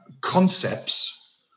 concepts